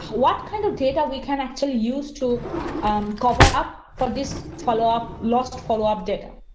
what kind of data we can actually use to cover up for this follow up last follow up. did.